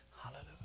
hallelujah